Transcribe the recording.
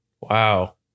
Wow